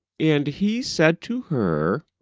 and he said to her,